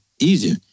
easier